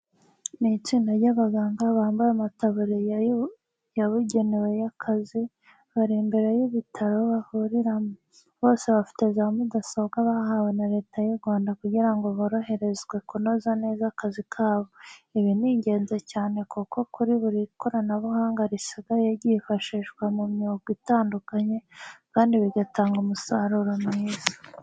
Ni itsinda ry'abaganga bambaye amataburiya yabugenewe y'akazi, bari imbere y'ibitaro bavuriramo. Bose bafite za mudasobwa bahawe na Leta y'u Rwanda kugira ngo boroherezwe kunoza neza akazi kabo. Ibi ni ingenzi cyane kuko kuri ubu ikoranabuhanga risigaye ryifashishwa mu myuga itandukanye kandi bigatanga umusaruro mwiza.